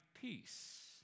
peace